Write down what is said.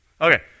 Okay